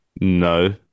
No